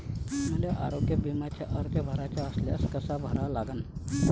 मले आरोग्य बिम्याचा अर्ज भराचा असल्यास कसा भरा लागन?